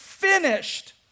finished